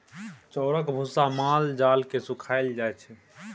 चाउरक भुस्सा माल जाल केँ खुआएल जाइ छै